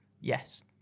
Yes